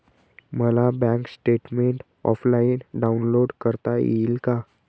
मला bank statement offline download करता येईल का?